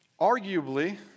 arguably